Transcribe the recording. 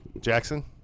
Jackson